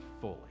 fully